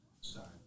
Sorry